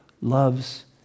loves